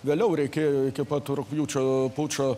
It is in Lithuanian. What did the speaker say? vėliau reikėjo iki pat rugpjūčio pučo